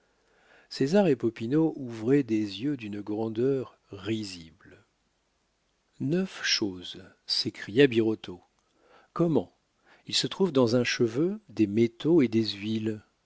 autres césar et popinot ouvraient des yeux d'une grandeur risible neuf choses s'écria birotteau comment il se trouve dans un cheveu des métaux et des huiles